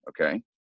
Okay